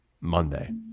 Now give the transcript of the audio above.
Monday